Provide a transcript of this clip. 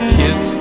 kiss